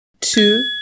Two